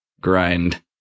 grind